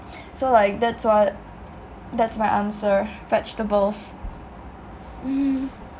so like that's what that's my answer vegetables mm